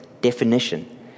definition